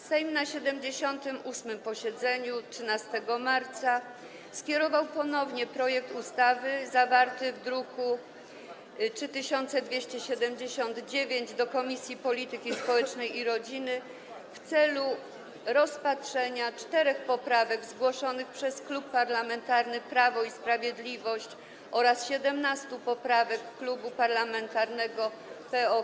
Sejm na 78. posiedzeniu w dniu 13 marca skierował ponownie projekt ustawy zawarty w druku nr 3279 do Komisji Polityki Społecznej i Rodziny w celu rozpatrzenia czterech poprawek zgłoszonych przez Klub Parlamentarny Prawo i Sprawiedliwość oraz 17 poprawek Klubu Parlamentarnego PO-KO.